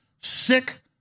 sick